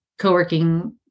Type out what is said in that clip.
coworking